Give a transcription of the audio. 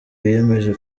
wiyemeje